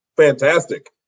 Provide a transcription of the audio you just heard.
fantastic